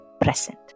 present